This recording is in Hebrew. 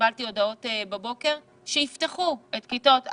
קיבלתי הודעות בבוקר שיפתחו את כיתות א'